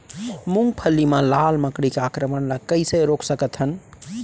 मूंगफली मा लाल मकड़ी के आक्रमण ला कइसे रोक सकत हन?